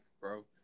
bro